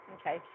Okay